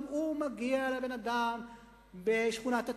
גם הוא מגיע לבן-אדם בשכונת-התקווה